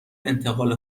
انتقال